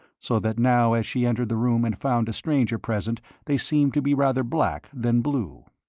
so that now as she entered the room and found a stranger present they seemed to be rather black than blue.